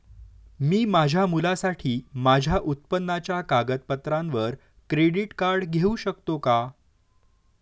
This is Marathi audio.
मी माझ्या मुलासाठी माझ्या उत्पन्नाच्या कागदपत्रांवर क्रेडिट कार्ड घेऊ शकतो का?